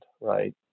right